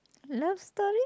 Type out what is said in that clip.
love story